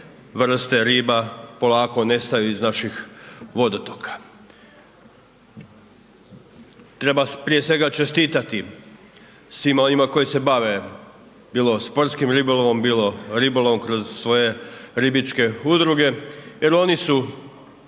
vrste riba polako nestaju iz naših vodotoka. Treba prije svega čestitati svima onima koji se bave bilo sportskim ribolovom, bilo ribolovom kroz svoje ribičke udruge jer oni su